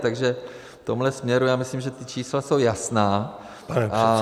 Takže v tomhle směru já myslím, že ta čísla jsou jasná, a